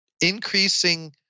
increasing